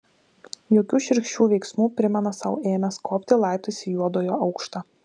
jokių šiurkščių veiksmų primena sau ėmęs kopti laiptais į juodojo aukštą